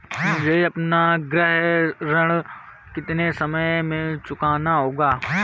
मुझे अपना गृह ऋण कितने समय में चुकाना होगा?